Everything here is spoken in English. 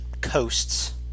coasts